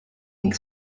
ink